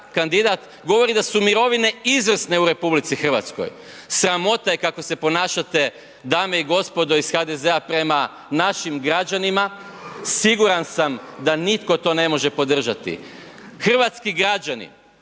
kandidat, govori da su mirovine izvrsne u RH. Sramota je kako se ponašate, dame i gospodo iz HDZ-a prema našim građanima. Siguran sam da nitko to ne može podržati. Hrvatski građani,